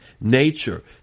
nature